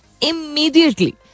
immediately